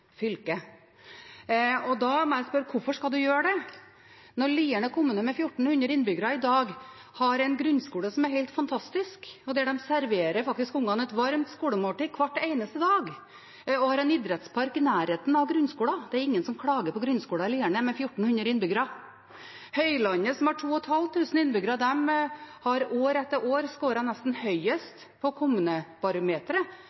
Da må jeg spørre: Hvorfor skal man gjøre det, når Lierne kommune, med 1 400 innbyggere, i dag har en grunnskole som er helt fantastisk, og der de faktisk serverer ungene et varmt skolemåltid hver eneste dag og har en idrettspark i nærheten av grunnskolen? Det er ingen som klager på grunnskolen i Lierne, med 1 400 innbyggere. Høylandet, som har 2 500 innbyggere, har år etter år skåret nesten